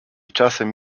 czasem